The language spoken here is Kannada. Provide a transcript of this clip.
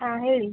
ಹಾಂ ಹೇಳಿ